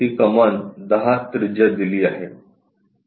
ती कमान 10 त्रिज्या दिली आहे